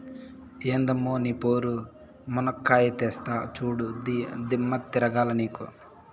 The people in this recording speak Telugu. ఎందమ్మ నీ పోరు, మునక్కాయా తెస్తా చూడు, దిమ్మ తిరగాల నీకు